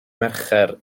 mercher